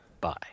bye